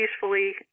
peacefully